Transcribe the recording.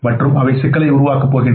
மற்றும் அவை சிக்கலை உருவாக்கப் போகின்றன